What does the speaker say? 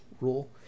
rule